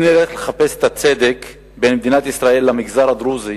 אם נלך לחפש את הצדק בין מדינת ישראל למגזר הדרוזי